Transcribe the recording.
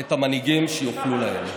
את המנהיגים שיוכלו להם.